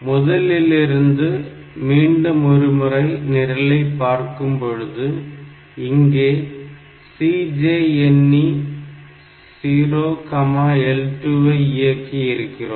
முதலிலிருந்து மீண்டும் ஒருமுறை நிரலை பார்க்கும் பொழுது இங்கே CJNE 0L2 வை இயக்கி இருக்கிறோம்